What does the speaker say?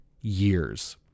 years